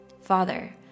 Father